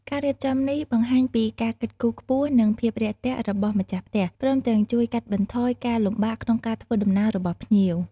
ការរៀបចំនេះបង្ហាញពីការគិតគូរខ្ពស់និងភាពរាក់ទាក់របស់ម្ចាស់ផ្ទះ ព្រមទាំងជួយកាត់បន្ថយការលំបាកក្នុងការធ្វើដំណើររបស់ភ្ញៀវ។